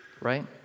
right